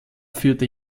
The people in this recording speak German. führte